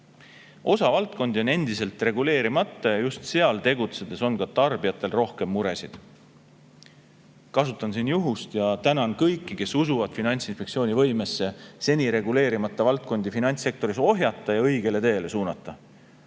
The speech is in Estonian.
Osa valdkondi on endiselt reguleerimata ja just seal tegutsedes on ka tarbijatel rohkem muresid. Kasutan siin juhust ja tänan kõiki, kes usuvad Finantsinspektsiooni võimesse seni reguleerimata valdkondi finantssektoris ohjata ja õigele teele suunata.